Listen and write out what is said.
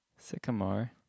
Sycamore